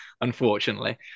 unfortunately